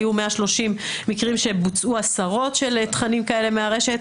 היו 130 מקרים שבוצעו הסרות של תכנים כאלה מהרשת.